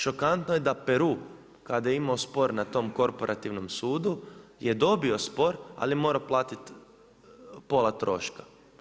Šokantno je da Peru kada je imao spor na tom korporativnom sudu je dobio spor ali je morao platiti pola troška.